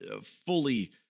fully